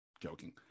joking